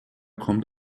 kommt